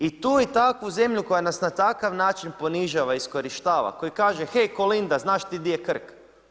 I tu i takvu zemlju koja nas na takav način ponižava, iskorištava, koji kaže hej, Kolinda, znaš ti di je Krk?